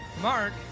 Mark